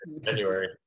January